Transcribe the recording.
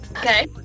Okay